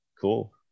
Cool